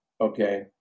okay